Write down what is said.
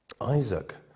Isaac